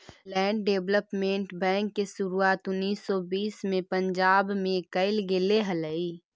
land development bank के शुरुआत उन्नीस सौ बीस में पंजाब में कैल गेले हलइ